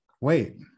wait